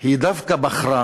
היא דווקא בחרה